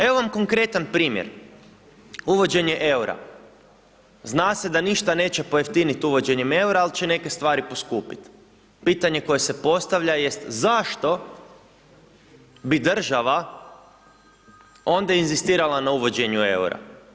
Evo vam konkretan primjer, uvođenje EUR-a, zna se da ništa neće pojeftinit uvođenjem EUR-a, ali će neke stvari poskupit, pitanje koje se postavlja jest zašto bi država onda inzistirala na uvođenju EUR-a?